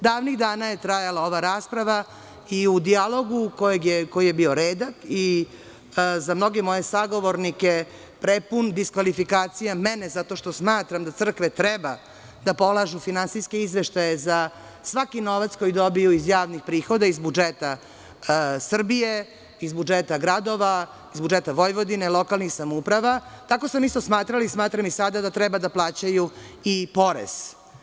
Davnih dana je trajala ova rasprava i u dijalogu koji je bio redak i za mnoge moje sagovornike prepun diskvalifikacija mene zato što smatram da crkve treba da polažu finansijske izveštaje za svaki novac koji dobiju iz javnih prihoda, iz budžeta Srbije, iz budžeta gradova, iz budžeta Vojvodine, lokalnih samouprava, tako sam isto smatrala i smatram i sada da treba da plaćaju i porez.